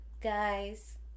guys